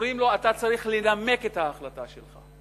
אומרים לו: אתה צריך לנמק את ההחלטה שלך.